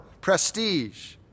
prestige